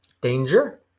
danger